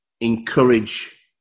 encourage